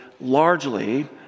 largely